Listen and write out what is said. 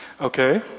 okay